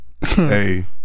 Hey